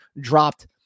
dropped